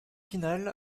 pinal